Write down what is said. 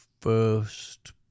first